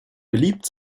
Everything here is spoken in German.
beliebt